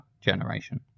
generation